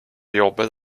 jobbigt